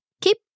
keep